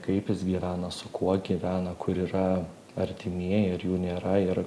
kaip jis gyvena su kuo gyvena kur yra artimieji ar jų nėra ir